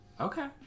Okay